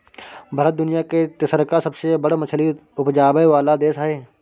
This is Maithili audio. भारत दुनिया के तेसरका सबसे बड़ मछली उपजाबै वाला देश हय